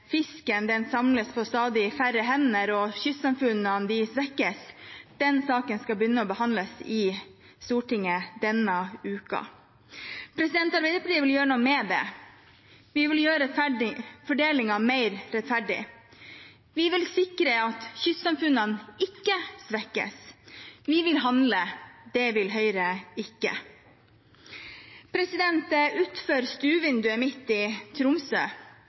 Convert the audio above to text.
fisken samles på stadig færre hender og kystsamfunnene svekkes, skal behandles i Stortinget denne uken. Arbeiderpartiet vil gjøre noe med det. Vi vil gjøre fordelingen mer rettferdig. Vi vil sikre at kystsamfunnene ikke svekkes. Vi vil handle. Det vil ikke Høyre. Utenfor stuevinduet mitt i Tromsø